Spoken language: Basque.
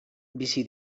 bizi